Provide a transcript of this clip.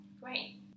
great